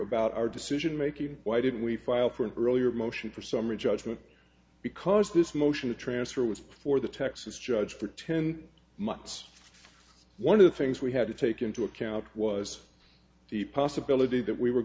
about our decision making why didn't we file for an earlier motion for summary judgment because this motion to transfer was before the texas judge for ten months one of the things we had to take into account was the possibility that we were